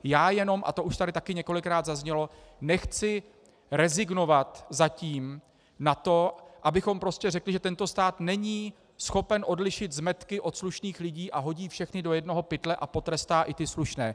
Já jenom, a to už tady určitě zaznělo, nechci rezignovat zatím na to, abychom řekli, že tento stát není schopen odlišit zmetky od slušných lidí, a hodí všechny do jednoho pytle a potrestá i ty slušné.